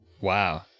wow